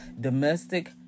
Domestic